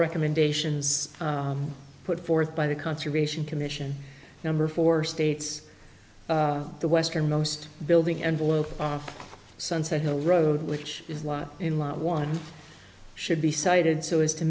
recommendations put forth by the conservation commission number four states the westernmost building envelope on sunset hill road which is a lot in lot one should be cited so as to